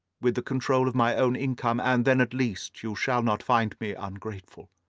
with the control of my own income, and then at least you shall not find me ungrateful.